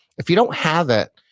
if you don't have it,